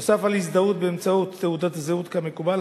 נוסף על הזדהות באמצעות תעודת הזהות כמקובל,